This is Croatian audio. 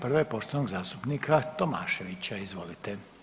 Prva je poštovanog zastupnika Tomaševića, izvolite.